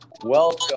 welcome